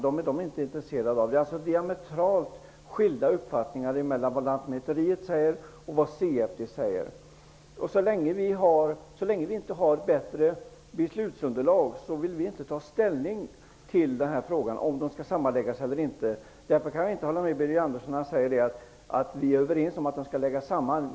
Det är alltså diametralt skilda uppfattningar mellan Lantmäteriverket och CFD. Så länge vi inte har ett bättre beslutsunderlag vill vi inte ta ställning till frågan om de skall sammanläggas eller inte. Därför kan jag inte hålla med Birger Andersson när han säger att vi är överens om att verken skall läggas samman.